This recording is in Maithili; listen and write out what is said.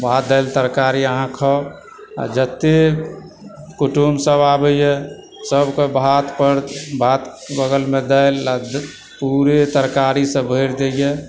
भात दालि तरकारी अहाँ खाउ आ जते कुटुम्ब सब आबैए सभकेँ भात पर भात बगलमे दालि आ पूरे तरकारीसँ भरि दयए